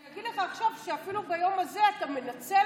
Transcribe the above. אני אגיד לך עכשיו שאפילו ביום הזה אתה מנצל